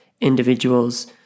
individuals